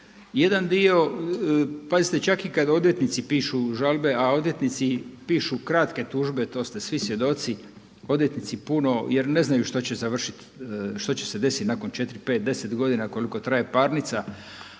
Jedan dio, pazite, čak i kada odvjetnici pišu žalbe, a odvjetnici pišu kratke tužbe to ste svi svjedoci odvjetnici puno jer ne znaju što će završiti, što će se desiti nakon 4, 5, 10 godina koliko traje parnica,